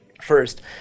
first